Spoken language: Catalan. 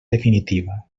definitiva